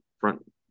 front